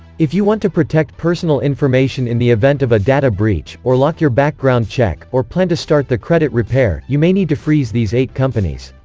if you want to protect personal information in the event of a data breach, or lock your background check, or plan to start the credit repair, you may need to freeze these eight companies.